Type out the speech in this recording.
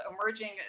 emerging